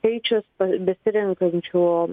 skaičius besirenkančių